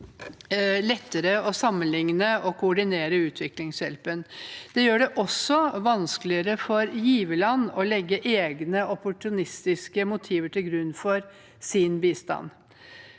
lettere å sammenligne og koordinere utviklingshjelpen. Det gjør det også vanskeligere for giverland å legge egne, opportunistiske motiver til grunn for sin bistand.